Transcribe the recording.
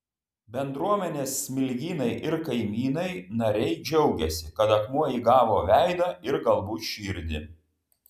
bendruomenės smilgynai ir kaimynai nariai džiaugiasi kad akmuo įgavo veidą ir galbūt širdį